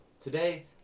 today